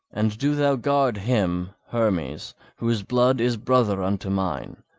and do thou guard him, hermes, whose blood is brother unto mine,